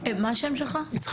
אף אחד